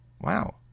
Wow